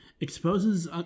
exposes